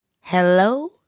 Hello